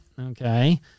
okay